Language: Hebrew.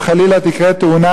אם חלילה תקרה תאונה,